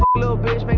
but little bitch, make